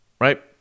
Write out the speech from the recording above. Right